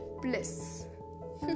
bliss